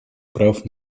прав